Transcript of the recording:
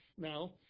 now